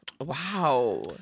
Wow